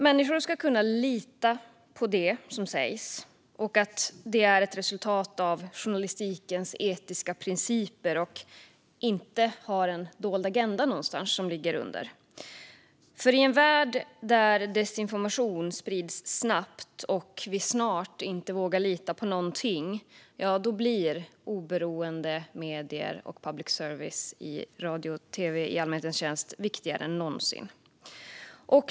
Människor ska kunna lita på att det som sägs är ett resultat av journalistikens etiska principer och att det inte finns en underliggande dold agenda. I en värld där desinformation sprids snabbt och vi snart inte vågar lita på någonting blir oberoende medier och public service i radio och tv i allmänhetens tjänst viktigare än någonsin.